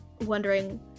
wondering